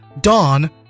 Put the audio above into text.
Dawn